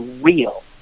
real